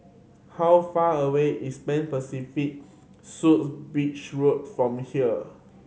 how far away is Pan Pacific Suites Beach Road from here